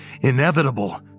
inevitable